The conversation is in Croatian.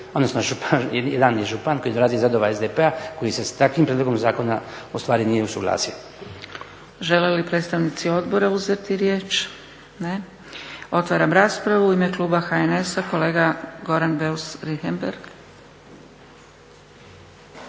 odnosno jedan je župan koji dolazi iz redova SDP-a, koji se s takvim prijedlogom zakona ustvari nije usuglasio. **Zgrebec, Dragica (SDP)** Žele li predstavnici odbora uzeti riječ? Ne. Otvaram raspravu. U ime kluba HNS-a kolega Goran Beus Richembergh.